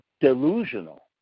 delusional